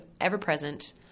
ever-present